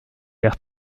vers